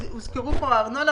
הוזכרו פה הארנונה